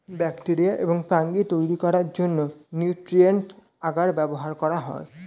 bacteria এবং fungi তৈরি করার জন্য নিউট্রিয়েন্ট আগার ব্যবহার করা হয়